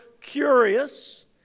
curious